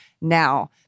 now